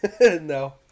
No